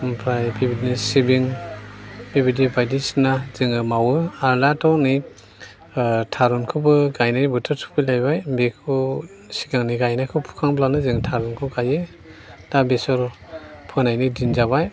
ओमफ्राय बेबायदिनो सिबिं बेबायदि बायदिसिना जोङो मावो आरो दाथ' नै थारुखौबो गायनाय बोथोर सफैलायबाय बेखौ सिगांनि गायनायखौ फुखांब्लानो जों थारुनखौ गायो दा बेसर फोनायनि दिन जाबाय